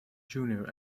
junior